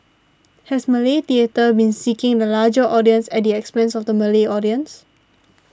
has Malay theatre been seeking the larger audience at the expense of the Malay audience